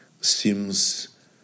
seems